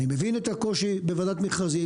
אני מבין את הקושי בוועדת מכרזים.